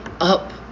up